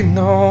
no